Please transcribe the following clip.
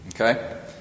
Okay